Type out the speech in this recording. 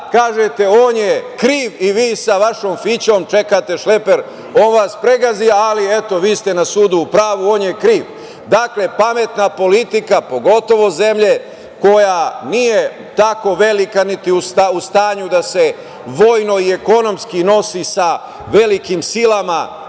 kažete – on je kriv i vi sa vašom „Fićom“ čekate šleper, koji vas pregazi, ali, vi ste na sudu u pravu, on je kriv. Dakle, pametna politika, pogotovo zemlje koja nije tako velika niti u stanju da se vojno i ekonomski nosi sa velikim silama